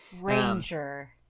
Ranger